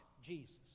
Jesus